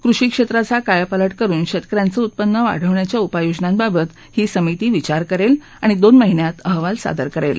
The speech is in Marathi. कृषी क्षेत्राचा कायापालट करुन शेतक यांचं उत्पन्न वाढवण्याच्या उपाययोजनांबाबत ही समिती विचार करेल आणि दोन महिन्यात आपला अहवाल सादर करेल